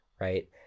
right